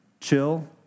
chill